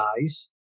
guys